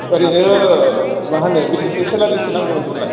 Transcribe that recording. ओरैनो मा होनो बेसेसो सेलारि नांगौ नोंनोलाय